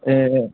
ए